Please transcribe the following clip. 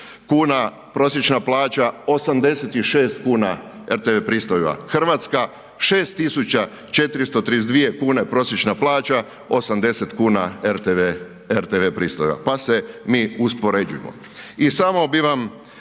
kuna prosječna plaća, 86 kuna rtv pristojba. Hrvatska 6.432 kune prosječna plaća, 80 kuna rtv pristojba. Pa se mi uspoređujmo.